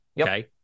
okay